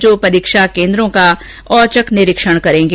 जो परीक्षा केन्द्रों का औचक निरीक्षण करेंगे